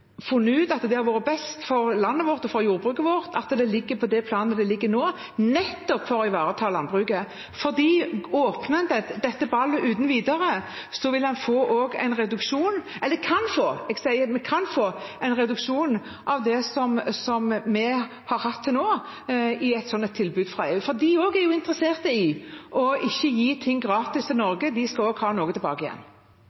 at det har vært best for landet vårt og for jordbruket vårt at det ligger på det planet det ligger nå, nettopp for å ivareta landbruket. For åpner en dette ballet uten videre, kan en få en reduksjon av det som vi har hatt til nå, i et tilbud fra EU, for de er jo interessert i ikke å gi ting gratis til